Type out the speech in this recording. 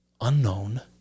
unknown